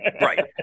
Right